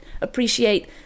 appreciate